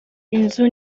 inzu